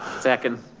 second.